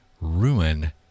ruin